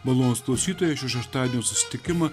malonūs klausytojai šio šeštadienio susitikimą